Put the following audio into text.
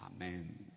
Amen